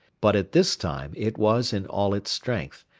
but at this time it was in all its strength,